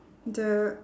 the